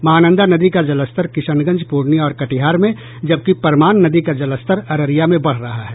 महानंदा नदी का जलस्तर किशनगंज पूर्णिया और कटिहार में जबकि परमान नदी का जलस्तर अररिया में बढ़ रहा है